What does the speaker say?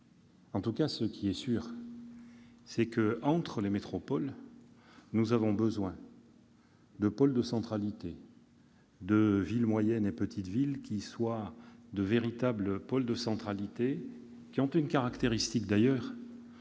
En tout cas, ce qui est sûr, c'est que, entre les métropoles, nous avons besoin de villes moyennes et de petites villes qui soient de véritables pôles de centralité. Elles ont une caractéristique, d'ailleurs,